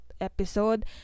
episode